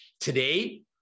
Today